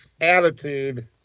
attitude